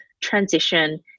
transition